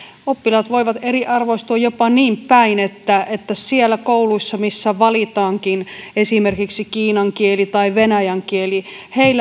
oppilaat voivat eriarvoistua jopa niinpäin että että siellä kouluissa missä valitaankin esimerkiksi kiinan kieli tai venäjän kieli